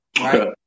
right